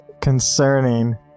concerning